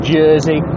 jersey